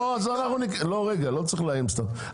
לא צריך לאיים סתם.